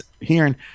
hearing